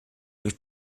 durch